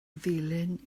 ddulyn